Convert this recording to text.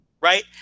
right